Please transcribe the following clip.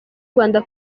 rwanda